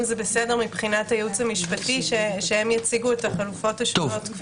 אם בסדר מבחינת הייעוץ המשפטי שהם יציגו את החלופות השונות.